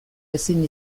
ezin